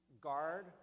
guard